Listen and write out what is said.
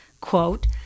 Quote